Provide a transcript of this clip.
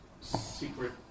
secret